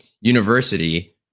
University